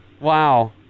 Wow